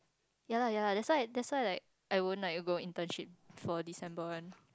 ya lah ya lah that's why that's why like I won't like go internship for December one